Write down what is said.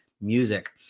music